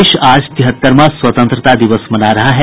देश आज तिहत्तरवां स्वतंत्रता दिवस मना रहा है